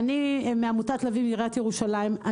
אני מעמותת לביא מעיריית ירושלים.